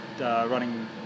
running